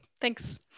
Thanks